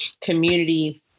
community